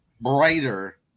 brighter